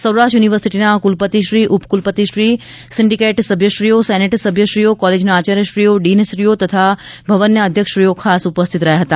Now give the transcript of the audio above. Saurashtra university ના કુલપતિશ્રી ઉપ્કુલપતિશ્રીની સિન્ડિકેટ સભ્યશ્રીઓ સેનેટ સભ્યશ્રીઓ કોલેજના આચાર્યશ્રીઓ ડીનશ્રીઓ તથા ભવનના અધ્યક્ષશ્રીઓ ખાસ ઉપસ્થિત રહ્યા હતા